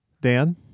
Dan